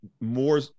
more